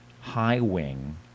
high-wing